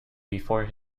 before